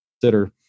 consider